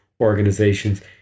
organizations